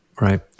right